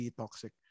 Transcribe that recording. toxic